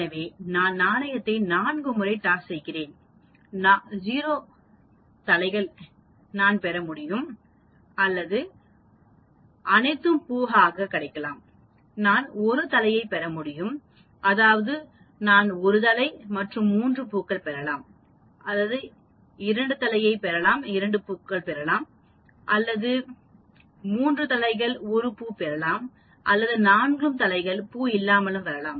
எனவே நான் நாணயத்தை 4 முறை டாஸ் செய்கிறேன் 0 தலைகளை நான் பெற முடியும் அதாவது அவை அனைத்தும் பூ ஆக நான் 1 தலையைப் பெற முடியும் அதாவது நான் 1 தலை மற்றும் 3 பூக்கள் பெற முடியும் நான் 2 தலையைப் பெற முடியும் அதாவது 2தலைகள் மற்றும் 2 பூக்கள் நான் 3 தலைகள் மற்றும் 1 பூ அல்லது 4 தலைகள் மற்றும் பூ இல்லை